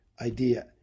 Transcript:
idea